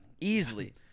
Easily